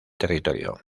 territorio